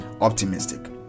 optimistic